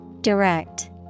Direct